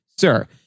sir